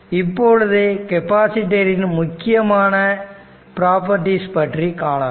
இப்பொழுது கெப்பாசிட்டர் ன் முக்கியமான பிராப்பர்டிஸ் பற்றி காணலாம்